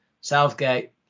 Southgate